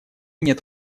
нет